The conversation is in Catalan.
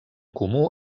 comú